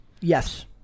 yes